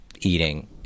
eating